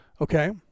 okay